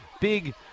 big